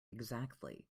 exactly